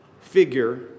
figure